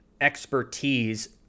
expertise